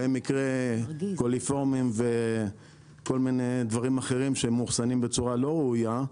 למקרה קוליפורמים וכל מיני דברים אחרים שהם מאוחסנים בצורה לא ראויה.